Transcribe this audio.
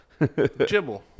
Jibble